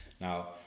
now